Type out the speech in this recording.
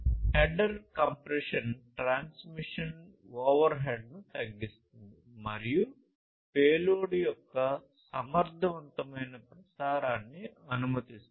header compression transmission ఓవర్ హెడ్ను తగ్గిస్తుంది మరియు పేలోడ్ యొక్క సమర్థవంతమైన ప్రసారాన్ని అనుమతిస్తుంది